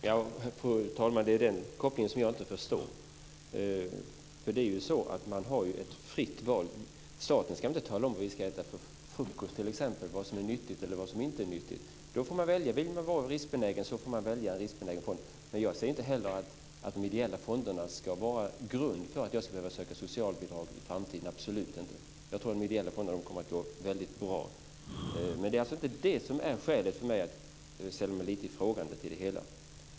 Fru talman! Det är den kopplingen jag inte förstår. Det är ju så att man har ett fritt val. Staten ska inte tala om vad vi t.ex. ska äta till frukost och vad som är nyttigt eller inte nyttigt. Man får välja. Vill man vara riskbenägen får man välja en riskbenägen fond. Jag ser inte heller att de ideella fonderna skulle vara en grund för att jag skulle behöva söka socialbidrag i framtiden, absolut inte. Jag tror att de ideella fonderna kommer att gå väldigt bra. Men det är alltså inte det som är skälet för mig att ställa mig lite frågande till det hela.